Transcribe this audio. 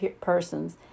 persons